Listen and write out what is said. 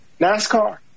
NASCAR